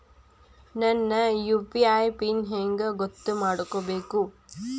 ನನ್ನ UPI PIN ಹೆಂಗ್ ಗೊತ್ತ ಮಾಡ್ಕೋಬೇಕು?